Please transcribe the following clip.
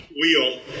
wheel